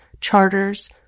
charters